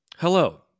Hello